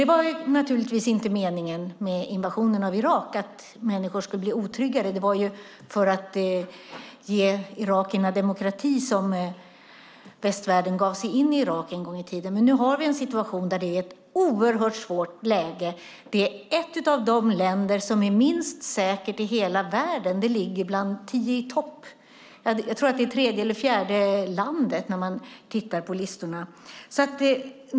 Det var naturligtvis inte meningen med invasionen av Irak att människor skulle bli otryggare, utan det var för att ge irakierna demokrati som västvärlden gav sig in i Irak en gång i tiden. Men nu har vi en situation med ett oerhört svårt läge. Irak är ett av de länder som är minst säkert i hela världen. Det finns bland dem i tio i topp - jag tror att Irak är tredje eller fjärde landet, om man tittar på listorna.